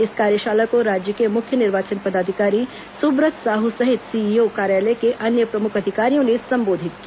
इस कार्यशाला को राज्य के मुख्य निर्वाचन पदाधिकारी सुब्रत साहू सहित सीईओ कार्यालय के अन्य प्रमुख अधिकारियों ने संबोधित किया